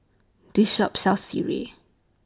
This Shop sells Sireh